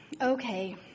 Okay